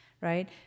right